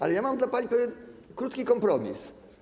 Ale mam dla pani pewien krótki kompromis.